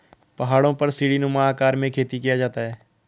पहाड़ों पर सीढ़ीनुमा आकार में खेती किया जाता है